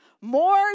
more